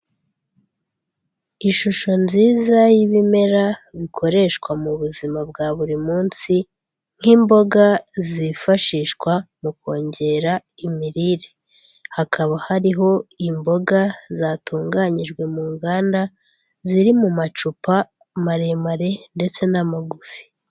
Ishusho nziza y'ibimera bikoreshwa mu buzima bwa buri munsi, nk'imboga zifashishwa mu kongera imirire, hakaba hariho imboga zatunganyijwe mu nganda, ziri mu macupa maremare ndetse n'amagufi.